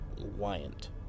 Wyant